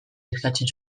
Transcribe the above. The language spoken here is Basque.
eskatzen